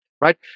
right